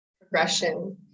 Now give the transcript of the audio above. progression